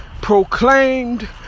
proclaimed